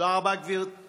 תודה רבה, גברתי.